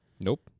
Nope